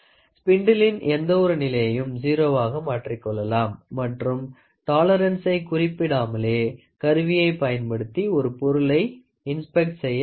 ஸ்பின்ட்ளின் எந்த ஒரு நிலையையும் 0 வாக மாற்றிக் கொள்ளலாம் மற்றும் டாலரண்சை குறிப்பிடாமலே கருவியை பயன்படுத்தி ஒரு பொருளை இன்ஸ்பெக்ட் செய்ய முடியும்